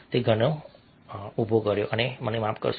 તે ઘણો ઉભો કર્યો મને માફ કરશો